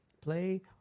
play